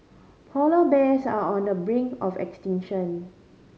polar bears are on the brink of extinction